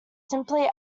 simply